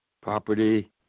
property